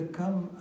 come